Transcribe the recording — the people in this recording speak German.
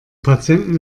patienten